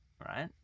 right